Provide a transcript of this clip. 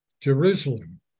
Jerusalem